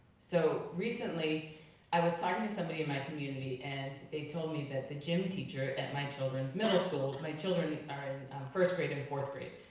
so recently i was talking to somebody in my community and they told me that the gym teacher at my children's middle school, my children are in first grade and fourth grade,